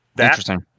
Interesting